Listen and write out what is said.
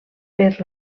per